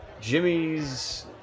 Jimmy's